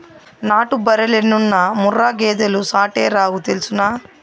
నాటు బర్రెలెన్నున్నా ముర్రా గేదెలు సాటేరావు తెల్సునా